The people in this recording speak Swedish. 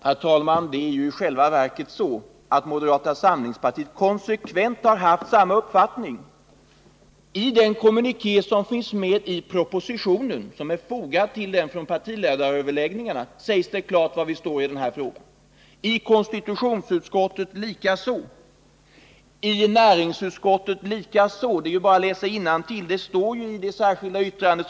Herr talman! I själva verket är det så att moderaterna konsekvent har framfört samma uppfattning. I kommunikén från partiledaröverläggningarna, fogad vid propositionen, sägs klart var vi siår i den här frågan. Samma ståndpunkt intar vi moderater i konstitutionsutskottet och i näringsutskottet. Det är bara att läsa innantill i det särskilda yttrandet vid näringsutskottets betänkande.